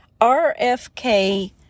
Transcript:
RFK